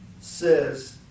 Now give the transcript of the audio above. says